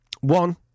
One